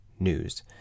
news